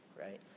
Right